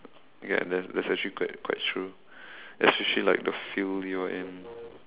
okay that that is actually quite quite true especially like the field you are in